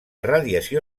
radiació